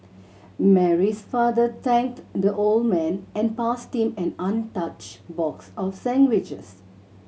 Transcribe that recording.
Mary's father thanked the old man and passed him an untouched box of sandwiches